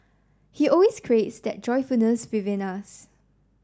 he always creates that joyfulness within us